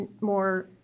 more